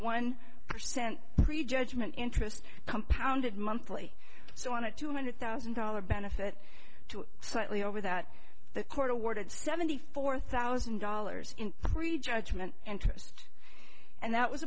one percent pre judgment interest compounded monthly so on a two hundred thousand dollars benefit to slightly over that the court awarded seventy four thousand dollars in prejudgment interest and that was